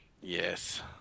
Yes